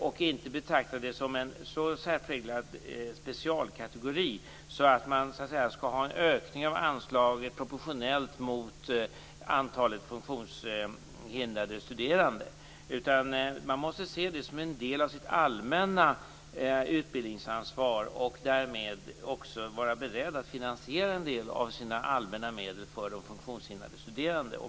Man får inte betrakta den undervisningen som en så särpräglad specialkategori att anslaget skall ökas proportionellt mot antalet funktionshindrade studerande. Man måste se den som en del av det allmänna utbildningsansvaret och därmed också vara beredd att använda en del av de allmänna medlen till de funktionshindrade studerande.